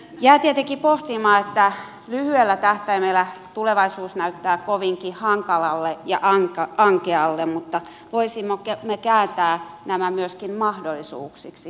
jää tietenkin pohtimaan että lyhyellä tähtäimellä tulevaisuus näyttää kovinkin hankalalle ja ankealle mutta voisimme kääntää nämä myöskin mahdollisuuksiksi